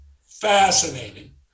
Fascinating